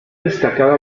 destacada